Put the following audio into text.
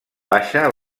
baixa